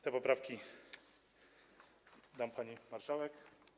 Te poprawki dam pani marszałek.